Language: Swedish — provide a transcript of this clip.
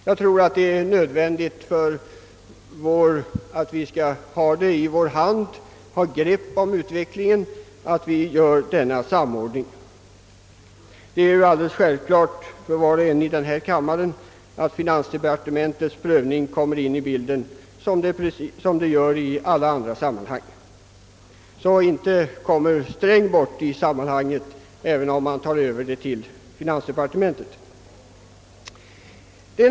Jag tror att det är nödvändigt för att vi skall få grepp om utvecklingen att vi gör denna samordning. Det är alldeles självklart för var och en i denna kammare, att finansdepartementets prövning ändå kommer in i bilden liksom i alla andra sammanhang. Herr Sträng kommer inte bort ur bilden, även om dessa frågor förs över till utrikesdepartementet.